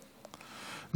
הספורט (תיקון מס' 17), התשפ"ד 2024, נתקבל.